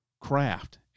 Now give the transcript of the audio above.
craft